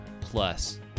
plus